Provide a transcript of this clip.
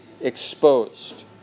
exposed